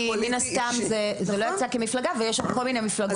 כי מן הסתם זה לא יצא כמפלגה ויש שם מכל מיני מפלגות,